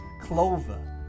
Clover